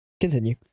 Continue